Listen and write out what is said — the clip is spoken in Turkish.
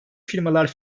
firmalar